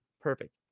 Perfect